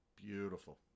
Beautiful